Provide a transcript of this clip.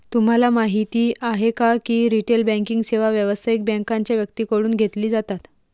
तुम्हाला माहिती आहे का की रिटेल बँकिंग सेवा व्यावसायिक बँकांच्या व्यक्तींकडून घेतली जातात